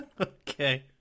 Okay